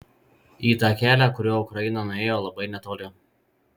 į tą kelią kuriuo ukraina nuėjo labai netoli